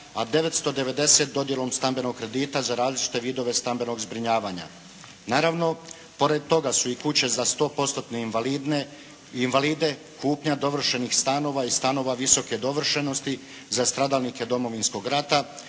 990 dodjelom stambenog kredita za različite vidove stambenog zbrinjavanja. Naravno, pored toga su i kuće za sto postotne invalide, kupnja dovršenih stanova i stanova visoke dovršenosti za stradalnike Domovinskog rata,